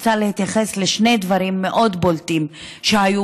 אני רוצה להתייחס רק לשני דברים מאוד בולטים שהיו